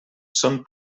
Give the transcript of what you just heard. són